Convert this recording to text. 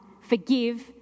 forgive